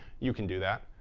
you can do that.